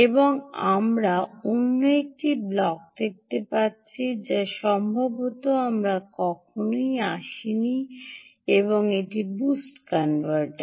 এখন আমরা অন্য একটি ব্লক দেখতে পাচ্ছি যা সম্ভবত আমরা কখনই আসেনি এবং এটিই বুস্ট কনভার্টার